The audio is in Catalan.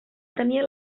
tenia